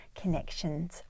connections